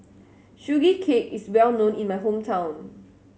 Sugee Cake is well known in my hometown